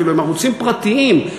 הם ערוצים פרטיים.